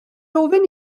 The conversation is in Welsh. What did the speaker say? ofyn